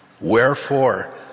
Wherefore